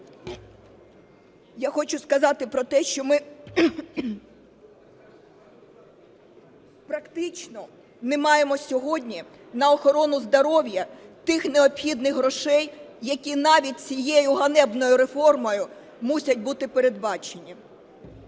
Я хочу сказати про те, що ми практично не маємо сьогодні на охорону здоров'я тих необхідних грошей, які навіть цією ганебною реформою мусять бути передбачені.